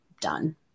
done